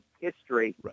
history